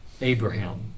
Abraham